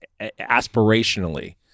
aspirationally